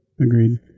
Agreed